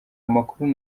amakuru